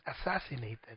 assassinated